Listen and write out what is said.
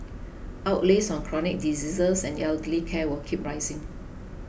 outlays on chronic diseases and elderly care will keep rising